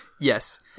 Yes